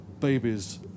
babies